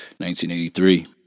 1983